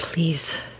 Please